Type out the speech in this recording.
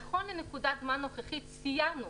נכון לנקודת זמן נוכחית סיימנו,